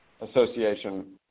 association